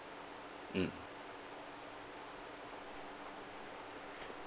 mm